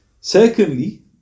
Secondly